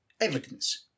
evidence